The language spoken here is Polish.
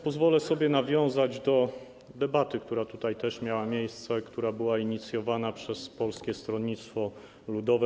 Pozwolę sobie nawiązać do debaty, która tutaj też miała miejsce, a która była inicjowana przez Polskie Stronnictwo Ludowe.